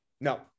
No